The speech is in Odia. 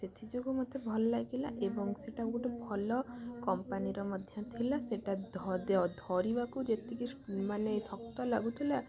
ସେଥିଯୋଗୁଁ ମୋତେ ଭଲ ଲାଗିଲା ଏବଂ ସେଇଟା ଗୋଟେ ଭଲ କମ୍ପାନୀର ମଧ୍ୟ ଥିଲା ସେଇଟା ଧରିବାକୁ ଯେତିକି ମାନେ ଶକ୍ତ ଲାଗୁଥିଲା